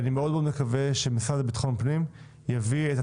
אני מאוד מאוד מקווה שהמשרד לביטחון פנים יביא בהקדם